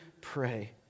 pray